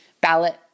ballot